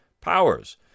powers